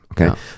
okay